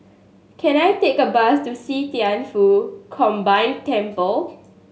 can I take a bus to See Thian Foh Combined Temple